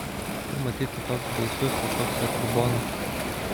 kur matyti toks baisus kažkoks atrubonas